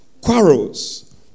quarrels